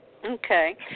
Okay